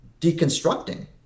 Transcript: deconstructing